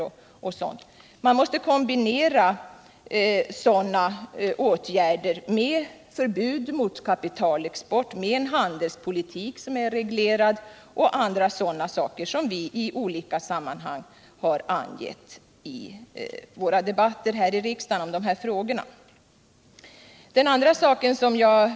De åtgärder som vidtas måste kombineras med förbud mot kapitalexport, med en reglerad handelspolitik och annat som vi i olika sammanhang har angett i våra debatter här i riksdagen kring dessa frågor.